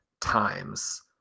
times